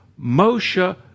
Moshe